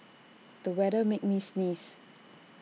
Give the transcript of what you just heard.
the weather made me sneeze